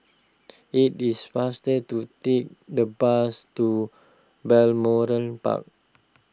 it is faster to take the bus to Balmoral Park